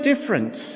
difference